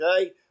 Okay